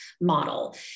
model